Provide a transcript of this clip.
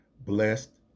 blessed